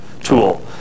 tool